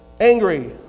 angry